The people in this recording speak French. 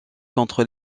contre